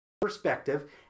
perspective